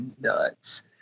nuts